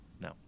No